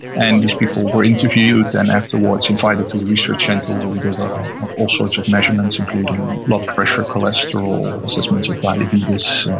and these people were interviewed and afterwards invited to our research centre where we did all sorts of measurements including blood pressure, cholesterol, assessments of diabetes,